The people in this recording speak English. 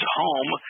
home